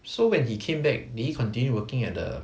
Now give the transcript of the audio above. so when he came back did he continue working at the